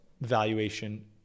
valuation